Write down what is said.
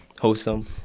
Wholesome